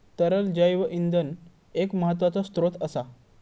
तरल जैव इंधन एक महत्त्वाचो स्त्रोत असा